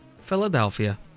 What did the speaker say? Philadelphia